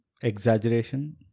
Exaggeration